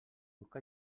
puc